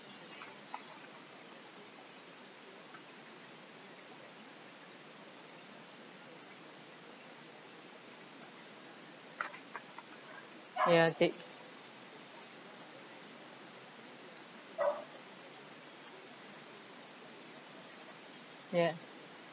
ya they ya